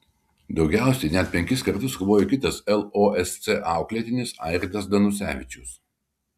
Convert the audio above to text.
daugiausiai net penkis kartus kovojo kitas losc auklėtinis airidas danusevičius